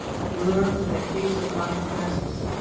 and lurked in the caves of mount parnassus.